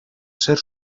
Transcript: ser